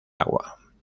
agua